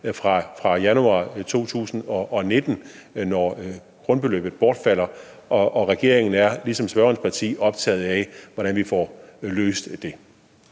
fra januar 2019, når grundbeløbet bortfalder, og regeringen er ligesom spørgerens parti optaget af, hvordan vi får løst det.